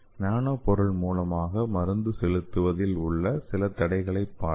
நானோ பொருள் மூலமாக மருந்து செலுத்துவதில் உள்ள சில தடைகளைப் பார்ப்போம்